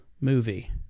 movie